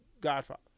godfather